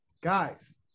Guys